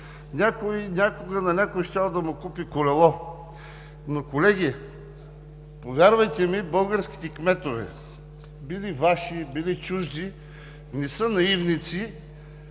някой някога на някой щял да купи колело. Колеги, повярвайте ми, българските кметове – били Ваши, били чужди, не са наивници